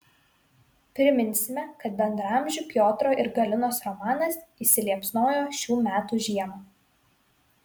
priminsime kad bendraamžių piotro ir galinos romanas įsiliepsnojo šių metų žiemą